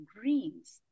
greens